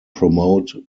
promote